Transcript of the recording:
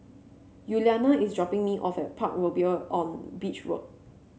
Yuliana is dropping me off at Parkroyal on Beach Road